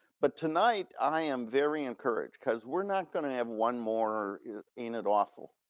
but tonight, i am very encouraged because we're not gonna have one more in an awful